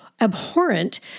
abhorrent